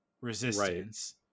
resistance